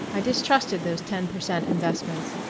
i distrusted those ten per cent investments.